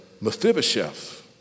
Mephibosheth